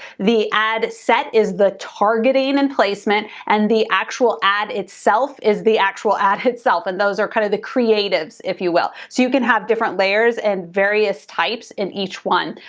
the ad set is the targeting and placement, and the actual ad itself is the actual ad itself. and those are kind of the creatives, if you will. so you can have different layers and various types in each one.